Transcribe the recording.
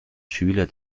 schüler